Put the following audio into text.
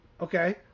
okay